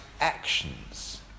actions